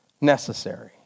necessary